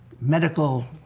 medical